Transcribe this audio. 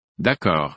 D'accord